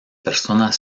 personas